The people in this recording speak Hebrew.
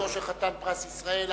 בנוכחותו של חתן פרס ישראל א.ב.